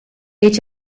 eet